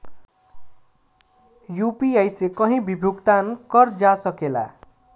UPI से कहीं भी भुगतान कर जा सकेला?